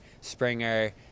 Springer